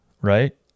Right